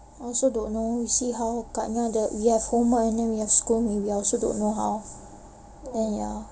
I also don't know we see how we have whole month then we have school we also don't know how then ya